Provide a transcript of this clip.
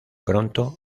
pronto